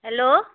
hello